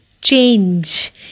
change